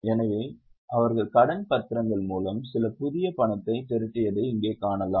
எனவே அவர்கள் கடன் பத்திரங்கள் மூலம் சில புதிய பணத்தை திரட்டியதை இங்கே காணலாம்